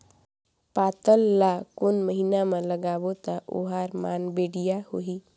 पातल ला कोन महीना मा लगाबो ता ओहार मान बेडिया होही?